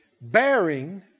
Bearing